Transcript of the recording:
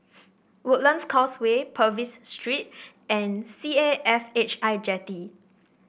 Woodlands Causeway Purvis Street and C A F H I Jetty